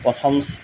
প্ৰথম